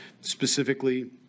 Specifically